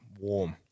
warm